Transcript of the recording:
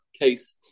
case